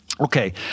Okay